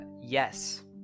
yes